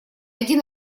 один